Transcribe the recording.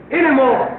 anymore